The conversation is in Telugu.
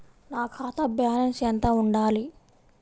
నా ఖాతా బ్యాలెన్స్ ఎంత ఉండాలి?